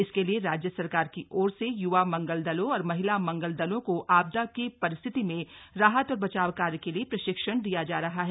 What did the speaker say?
इसके लिए राज्य सरकार की ओर से य्वा मंगल दलों और महिला मंगल दलों को आपदा की परिस्थिति में राहत और बचाव कार्य के लिए प्रशिक्षण दिया जा रहा है